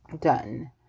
done